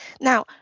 now